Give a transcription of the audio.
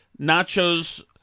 nachos